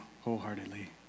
wholeheartedly